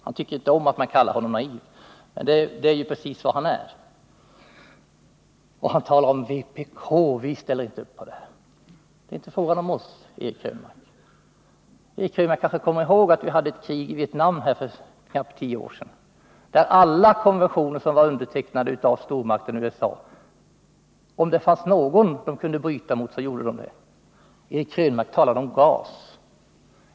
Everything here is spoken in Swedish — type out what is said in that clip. Han tycker inte om att man kallar honom naiv, men det är ju precis vad han är. Han säger att vpk inte ställer upp på det här. Det är inte fråga om oss, Eric Krönmark. Eric Krönmark kanske kommer ihåg att det fördes krig i Vietnam för knappt tio år sedan. Om det fanns någon av alla de konventioner som stormakten USA hade undertecknat som den kunde bryta mot så gjorde den det. Eric Krönmark talade också om gas.